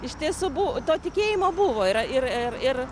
iš tiesų bu to tikėjimo buvo yra ir ir ir